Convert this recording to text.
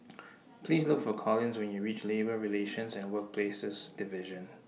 Please Look For Collis when YOU REACH Labour Relations and Workplaces Division